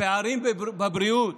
הפערים בבריאות,